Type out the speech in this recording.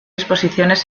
exposiciones